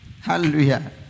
Hallelujah